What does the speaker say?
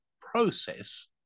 process